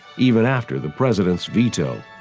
even after the president's veto.